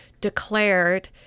declared